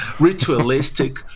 ritualistic